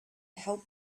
help